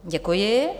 Děkuji.